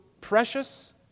precious